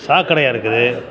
சாக்கடையாக இருக்குது